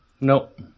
Nope